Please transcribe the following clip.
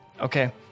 Okay